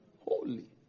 Holy